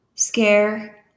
Scare